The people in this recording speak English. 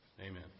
Amen